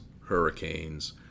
hurricanes